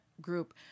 group